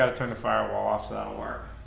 ah turn the firewall off so